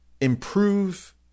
improve